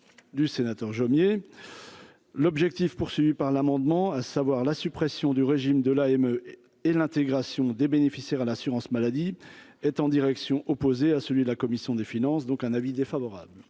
du sénateur Jomier l'objectif poursuivi par l'amendement, à savoir la suppression du régime de la émeut et l'intégration des bénéficiaires à l'assurance maladie est en direction opposée à celui de la commission des finances, donc un avis défavorable.